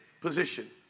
position